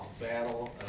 battle